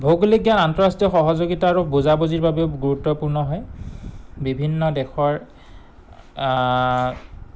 ভৌগোলিক জ্ঞান আন্তঃৰাষ্ট্ৰীয় সহযোগিতা আৰু বুজাবুজিৰ বাবেও গুৰুত্বপূৰ্ণ হয় বিভিন্ন দেশৰ